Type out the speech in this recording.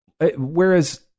Whereas